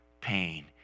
pain